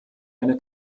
eine